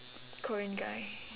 korean guy